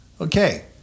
Okay